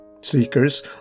Seekers